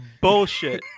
Bullshit